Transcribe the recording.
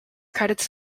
credits